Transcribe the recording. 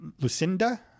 Lucinda